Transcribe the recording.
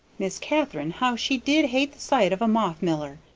miss katharine, how she did hate the sight of a moth-miller!